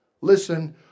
listen